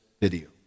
video